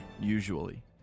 Usually